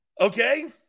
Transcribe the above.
Okay